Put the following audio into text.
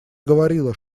говорила